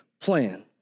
plan